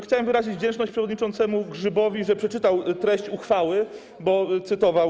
Chciałbym wyrazić wdzięczność przewodniczącemu Grzybowi, że przeczytał treść uchwały, jako że ją cytował.